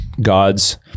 God's